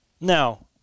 Now